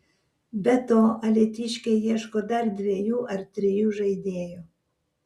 be to alytiškiai ieško dar dviejų ar trijų žaidėjų